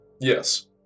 Yes